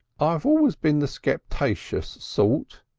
i've always been the skeptaceous sort,